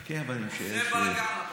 עושה בלגן,